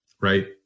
right